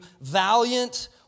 valiant